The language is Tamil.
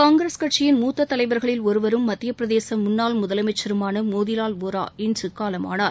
காங்கிரஸ் கட்சியின் மூத்த தலைவர்களில் ஒருவரும் மத்தியப் பிரதேச முன்னாள் முதலமைச்சருமான மோதிவால் வோரா இன்று காலமானார்